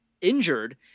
injured